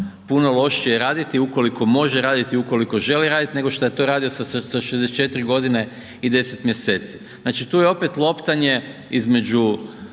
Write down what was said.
puno lošije raditi ukoliko može raditi, ukoliko želi raditi, nego šta je to radio sa 64.g. i 10. mjeseci. Znači, tu je opet loptanje između